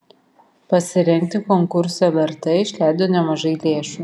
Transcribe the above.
pasirengti konkursui lrt išleido nemažai lėšų